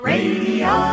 Radio